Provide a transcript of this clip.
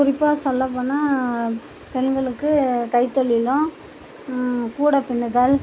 குறிப்பாக சொல்ல போனால் பெண்களுக்கு கைத்தொழிலும் கூடை பின்னுதல்